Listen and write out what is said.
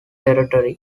territory